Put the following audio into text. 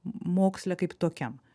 moksle kaip tokiam